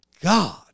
God